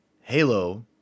Halo